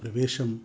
प्रवेशः